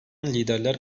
liderler